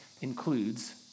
includes